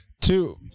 two